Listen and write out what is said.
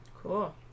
Cool